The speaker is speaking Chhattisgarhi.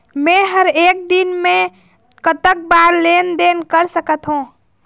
मे हर एक दिन मे कतक बार लेन देन कर सकत हों?